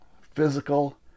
physical